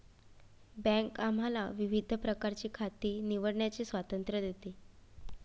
bank आम्हाला विविध प्रकारची खाती निवडण्याचे स्वातंत्र्य देते